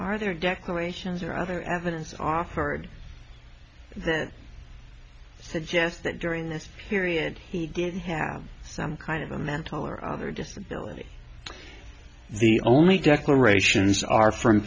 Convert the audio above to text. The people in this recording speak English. are there declarations or other evidence offered that suggests that during this period he didn't have some kind of a mental or other disability the only declarations are from